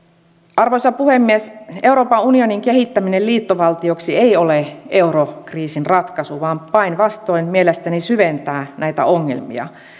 arvoisa puhemies euroopan unionin kehittäminen liittovaltioksi ei ole eurokriisin ratkaisu vaan päinvastoin mielestäni syventää näitä ongelmia